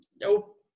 Nope